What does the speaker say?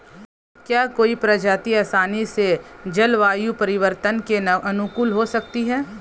क्या कोई प्रजाति आसानी से जलवायु परिवर्तन के अनुकूल हो सकती है?